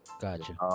Gotcha